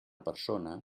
persona